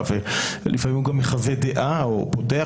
ודרך